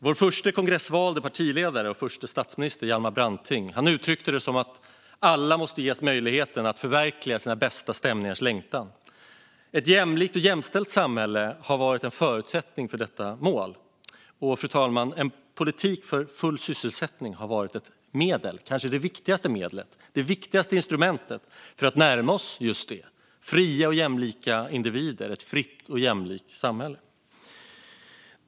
Vår förste kongressvalde partiledare och förste statsminister, Hjalmar Branting, uttryckte det som att alla måste ges möjligheten att förverkliga sina bästa stämningars längtan. Ett jämlikt och jämställt samhälle har varit en förutsättning för detta mål, och politik för full sysselsättning har varit ett medel - kanske det viktigaste instrumentet - för att närma oss just fria och jämlika individer i ett fritt och jämlikt samhälle.